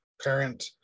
parent